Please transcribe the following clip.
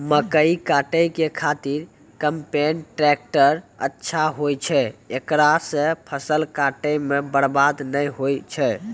मकई काटै के खातिर कम्पेन टेकटर अच्छा होय छै ऐकरा से फसल काटै मे बरवाद नैय होय छै?